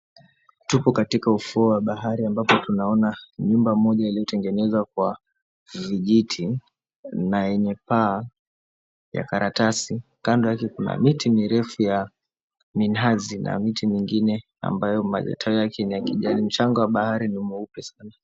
Tupo katika ufuo wa bahari ambapo tunaona nyumba moja iliyotengenezwa kwa vijiti na yenye paa ya karatasi. Kando yake kuna miti mirefu ya minazi miti mingine ambayo matawi yake ni ya kijani. Mchanga wa bahari ni mweupe sana.